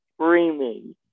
screaming